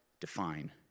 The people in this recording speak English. define